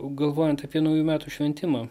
galvojant apie naujųjų metų šventimą